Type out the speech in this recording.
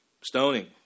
stoning